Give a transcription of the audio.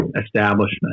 establishment